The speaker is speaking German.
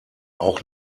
auch